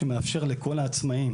שמאפשר לכל העצמאיים